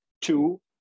two